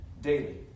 daily